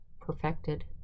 perfected